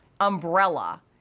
umbrella